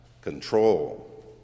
control